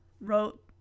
wrote